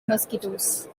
mosquitoes